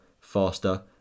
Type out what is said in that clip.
faster